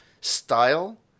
style